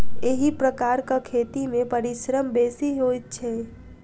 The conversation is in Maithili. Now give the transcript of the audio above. एहि प्रकारक खेती मे परिश्रम बेसी होइत छै